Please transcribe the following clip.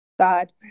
God